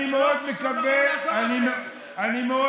אני מאוד